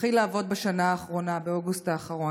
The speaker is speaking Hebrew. שהתחיל לעבוד בשנה האחרונה, באוגוסט האחרון.